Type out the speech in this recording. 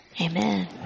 Amen